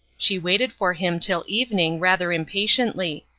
she waited for him till evening rather impatiently,